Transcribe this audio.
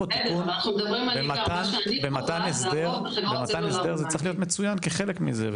במתן הסדר, זה צריך להיות מצוין כחלק מזה.